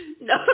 No